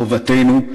חובתנו,